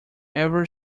ever